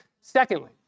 Secondly